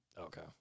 Okay